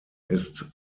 ist